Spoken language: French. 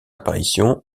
apparition